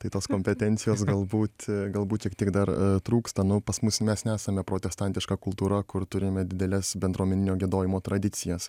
tai tos kompetencijos galbūt galbūt šiek tiek dar trūksta nu pas mus mes nesame protestantiška kultūra kur turime dideles bendruomeninio giedojimo tradicijas